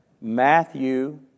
Matthew